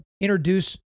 introduce